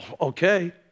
okay